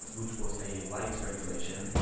which was a light regulation,